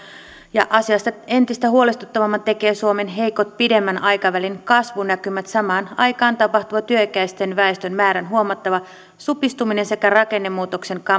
ja asiasta entistä huolestuttavamman tekevät suomen heikot pidemmän aikavälin kasvunäkymät samaan aikaan tapahtuva työikäisen väestön määrän huomattava supistuminen sekä rakennemuutoksen